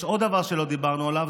יש עוד דבר שלא דיברנו עליו,